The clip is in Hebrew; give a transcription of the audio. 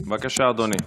בבקשה, אדוני.